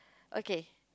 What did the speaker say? okay